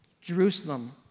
Jerusalem